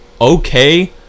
okay